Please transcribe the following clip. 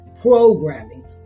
programming